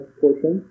portion